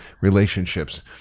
relationships